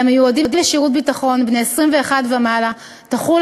על המיועדים לשירות ביטחון בני 21 ומעלה תחול